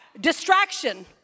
Distraction